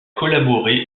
collaboré